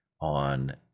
on